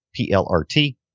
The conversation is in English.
PLRT